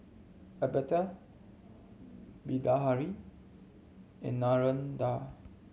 Amitabh Bilahari and Narendra